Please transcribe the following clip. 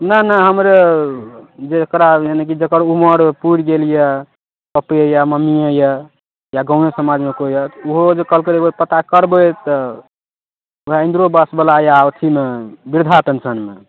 नहि नहि हमरे जेकरा यानी कि जकर उमर पुरि गेल यऽ पप्पे यऽ ममिये यऽ या गॉंवे समाजमे केओ यऽ ओहो जे कहलकै एक बेर पता करबै तऽ ओएह इन्द्रो आवास बला या अथीमे बृद्धा पेंशनमे